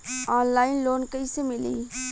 Online loan कइसे मिली?